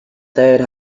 third